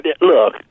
Look